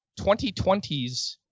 2020s